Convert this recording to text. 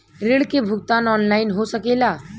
ऋण के भुगतान ऑनलाइन हो सकेला?